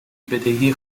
بدهی